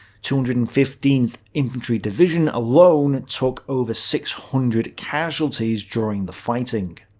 two hundred and fifteenth infantry division alone took over six hundred casualties during the fighting.